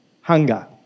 hunger